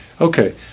Okay